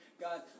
god